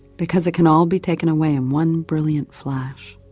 because it can all be taken away in one brilliant flash.